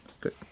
good